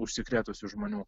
užsikrėtusių žmonių